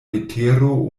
vetero